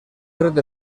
tret